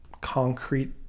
concrete